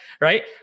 Right